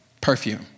perfume